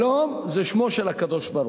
שלום זה שמו של הקב"ה,